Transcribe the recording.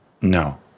No